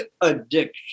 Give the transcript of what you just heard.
addiction